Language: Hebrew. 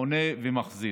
עונה ומחזיר.